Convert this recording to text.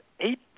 Eight